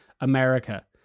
America